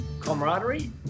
camaraderie